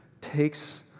takes